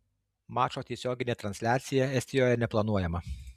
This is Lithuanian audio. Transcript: mačo tiesioginė transliacija estijoje neplanuojama